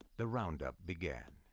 the roundup began.